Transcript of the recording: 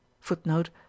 footnote